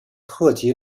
特急